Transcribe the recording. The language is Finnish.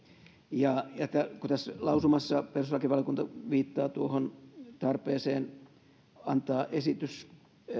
ja kun tässä lausumassa perustuslakivaliokunta viittaa tuohon tarpeeseen antaa esitys